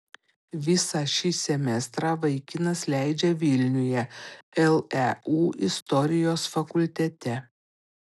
visą šį semestrą vaikinas leidžia vilniuje leu istorijos fakultete